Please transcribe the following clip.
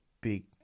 big